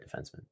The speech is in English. defenseman